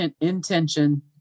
intention